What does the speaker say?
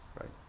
right